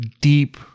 deep